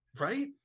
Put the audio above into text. Right